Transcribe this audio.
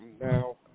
now